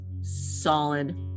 solid